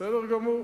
בסדר גמור.